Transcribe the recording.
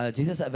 Jesus